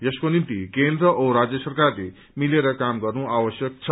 यसको निम्ति केन्द्र औ राज्य सरकारले मिलेर काम गर्नु आवश्यक छ